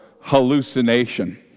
hallucination